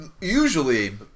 usually